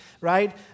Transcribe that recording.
right